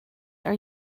are